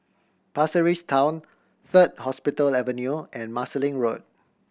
Pasir Ris Town Third Hospital Avenue and Marsiling Road